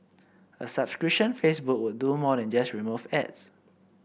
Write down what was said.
a subscription Facebook would do more than just remove ads